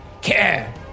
care